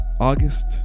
august